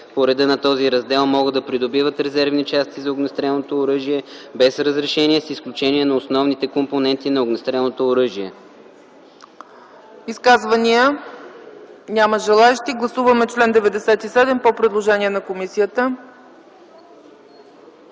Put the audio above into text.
по реда на този раздел, могат да придобиват резервни части за огнестрелното оръжие без разрешение с изключение на основните компоненти на огнестрелното оръжие.”